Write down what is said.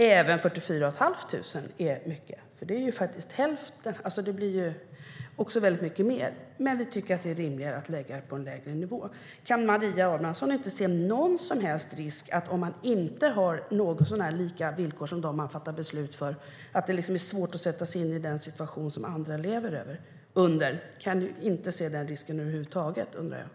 Även 44 500 är mycket - det blir väldigt mycket mer - men vi tycker att det är rimligt att lägga det på en lägre nivå.